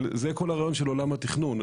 אבל זה כל הרעיון של עולם התכנון,